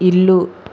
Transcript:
ఇల్లు